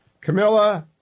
Camilla